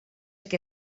que